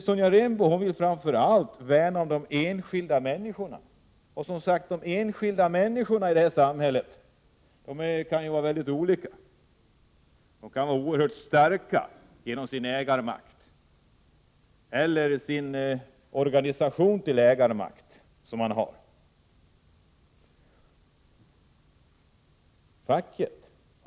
Sonja Rembo vill framför allt värna om de enskilda människorna, men de enskilda människorna här i samhället kan ju vara väldigt olika. De kan vara oerhört starka genom sin ägarmakt eller sin organisation.